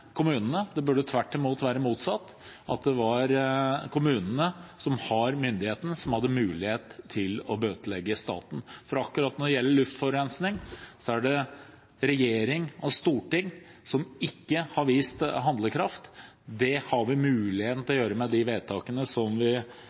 kommunene – det burde tvert imot være motsatt, at det var kommunene som hadde myndigheten, som hadde mulighet til å bøtelegge staten. For akkurat når det gjelder luftforurensning, er det regjering og storting som ikke har vist handlekraft. Det har vi mulighet til å gjøre med de vedtakene som vi